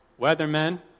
weathermen